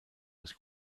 was